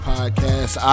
Podcast